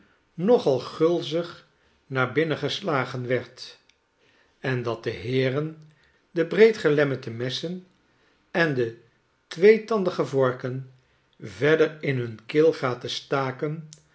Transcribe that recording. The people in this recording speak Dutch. nogal gulzig nar binnen geslagen werd en dat de heeren de breedgelemmete messen en de tweetandige vorken verder in hun keelgaten staken